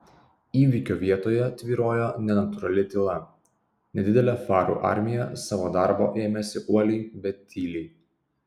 įvykio vietoje tvyrojo nenatūrali tyla nedidelė farų armija savo darbo ėmėsi uoliai bet tyliai